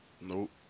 Nope